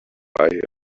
buy